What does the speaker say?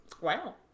Wow